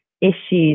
issues